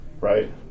right